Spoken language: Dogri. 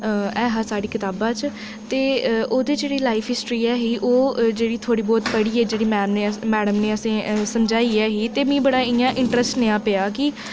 ऐ हा साढ़ी कताबै च ते ओह्दे च जेह्ड़ी लाइफ हिस्ट्री ऐ ही ओह् जेह्ड़ी थोह्ड़ी बहुत पढ़ियै जेहड़ी मैडम ने मैडम ने असें गी समझाई ऐ ही ते मिगी इ'यां बड़ा इंट्रैस्ट नेहा पेआ